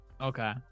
Okay